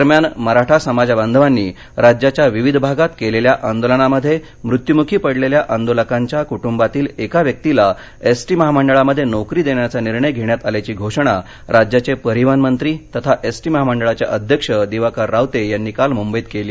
दरम्यान मराठा समाजबांधवांनी राज्याच्या विविध भागात केलेल्या आंदोलनामध्ये मृत्यूमुखी पडलेल्या आंदोलकांच्या क्टुंबातील एका व्यक्तीला एसटी महामंडळामध्ये नोकरी देण्याचा निर्णय घेण्यात आल्याची घोषणा राज्याचे परिवहनमंत्री तथा एसटी महामंडळाचे अध्यक्ष दिवाकर रावते यांनी काल मुंबईत केली